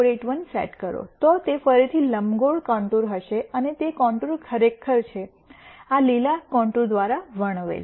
0841 set કરો તો તે ફરીથી લંબગોળ કોંન્ટુર હશે અને તે કોંન્ટુર ખરેખર છે આ લીલા કોંન્ટુર દ્વારા વર્ણવેલ